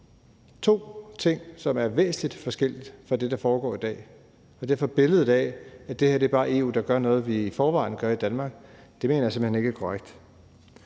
to ting, der er væsentlig forskellige fra det, der foregår i dag, og derfor mener jeg, at billedet af, at det her bare er EU, der gør noget, vi i forvejen gør i Danmark, simpelt hen ikke er korrekt.